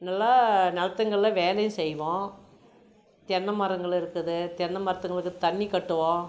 நல்லா நிலத்துங்கள்ல வேலையும் செய்வோம் தென்னை மரங்கள் இருக்குது தென்னை மரத்துங்களுக்கு தண்ணி காட்டுவோம்